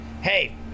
hey